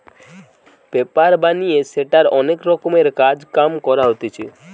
paper বানিয়ে সেটার অনেক রকমের কাজ কাম করা হতিছে